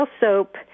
soap